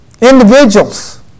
individuals